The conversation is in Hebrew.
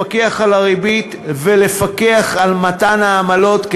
לפקח על הריבית ולפקח על מתן העמלות,